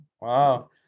Wow